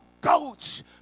goats